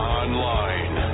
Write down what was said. online